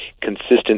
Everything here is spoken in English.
consistent